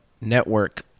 network